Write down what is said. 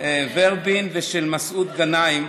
ורבין ושל מסעוד גנאים.